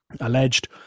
alleged